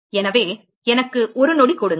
எனவே எனக்கு ஒரு நொடி கொடுங்கள்